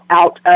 out